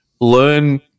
learn